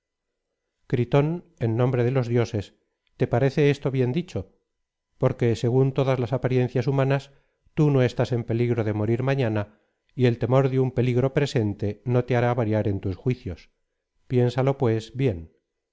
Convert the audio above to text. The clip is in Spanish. gritón en nombre de los dioses te parece esto bien dicho porque según todas las apariencias humanas tú no estás en peligro de morir mañana y el temor de un peligro presente no te hará variar en tus juicios piénsalo pues bien